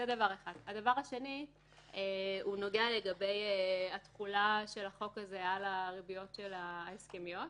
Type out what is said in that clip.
הדבר השני נוגע לתחולה של החוק הזה על הריביות ההסכמיות.